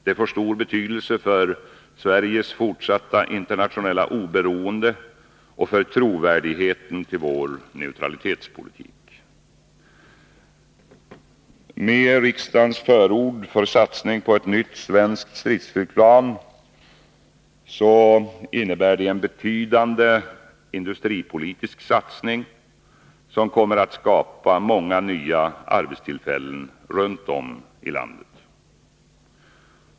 Det får stor betydelse för Seriges fortsatta internationella oberoende och för trovärdigheten hos vår neutralitetspolitik. Men riksdagens förord för satsning på ett nytt svenskt stridsflygplan innebär också en betydande industripolitisk satsning, som kommer att skapa många nya arbetstillfällen runtom i landet.